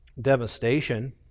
devastation